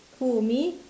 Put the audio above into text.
who me